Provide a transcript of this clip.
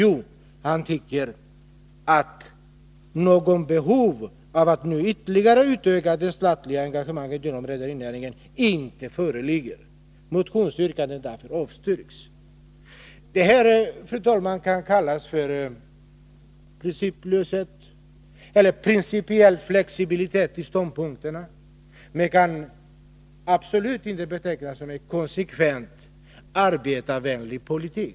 Jo, han tycker inte att det föreligger något behov av att nu ytterligare utöka det statliga engagemanget inom rederinäringen. Motionsyrkandet avstyrks därför. Fru talman! Det här kan kallas principlöshet eller principiell flexibilitet när det gäller ståndpunkterna. Men det kan absolut inte betecknas som en konsekvent arbetarvänlig politik.